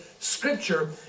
scripture